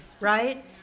Right